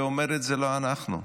ואומרת: זה לא אנחנו.